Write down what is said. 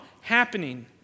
Happening